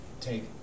take